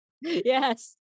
Yes